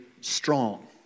strong